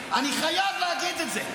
אני חייב להגיד את זה.